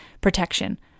protection